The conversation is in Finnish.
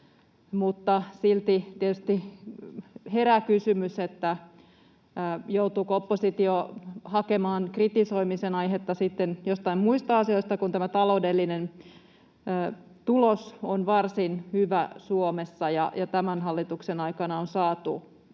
tietysti herää kysymys, joutuuko oppositio hakemaan kritisoimisen aihetta sitten jostain muista asioista, kun taloudellinen tulos on varsin hyvä Suomessa ja tämän hallituksen aikana on saatu